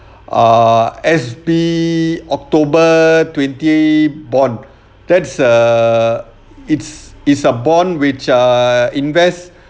ah S_B october twenty bond that's err it's it's a bond which err invest